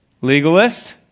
Legalist